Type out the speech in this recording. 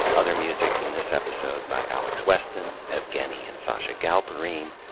other music in this episode by alex weston, evgueni and sacha galperine,